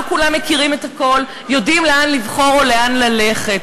לא כולם מכירים את הכול ויודעים לאן לבחור או לאן ללכת.